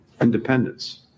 independence